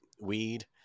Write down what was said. weed